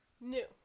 new